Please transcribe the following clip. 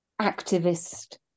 activist